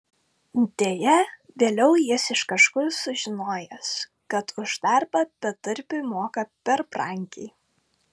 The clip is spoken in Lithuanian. deja vėliau jis iš kažkur sužinojęs kad už darbą bedarbiui moka per brangiai